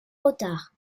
retard